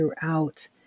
throughout